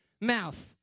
mouth